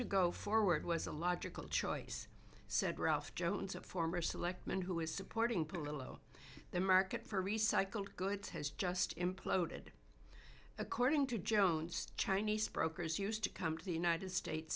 to go forward was a logical choice said ralph jones a former selectman who is supporting poor little oh the market for recycled goods has just imploded according to jones to chinese brokers used to come to the united states